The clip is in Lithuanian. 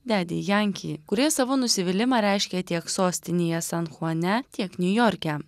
dedi janki kurie savo nusivylimą reiškė tiek sostinėje san chuane tiek niujorke